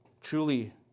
Truly